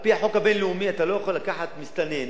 על-פי החוק הבין-לאומי אתה לא יכול לקחת מסתנן